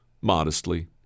modestly